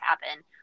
happen